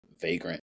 vagrant